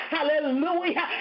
Hallelujah